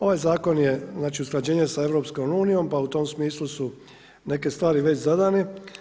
Ovaj zakon je, znači usklađenje sa EU, pa u tom smislu su neke stvari već zadane.